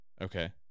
Okay